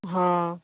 ହଁ